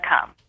come